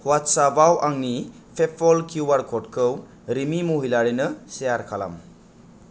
WhatsApp आव आंनि PayPal QR कडखौ रिमि महिलारिनो सेयार खालाम